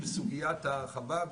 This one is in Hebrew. נקודתי בסוגיית ההרחבה,